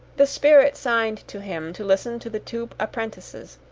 the spirit signed to him to listen to the two apprentices,